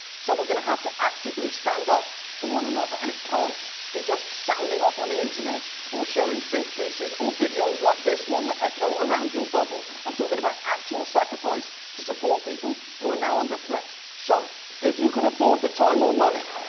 so we're going to have to actively stand up for one another. and it can't be sounding off on the internet or sharing thinkpieces or videos like this one that echo around your bubble. i'm talking about actual sacrifice to support people who are now under threat. so if you can afford the time or money,